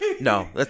no